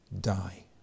die